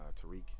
Tariq